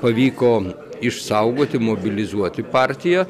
pavyko išsaugoti mobilizuoti partiją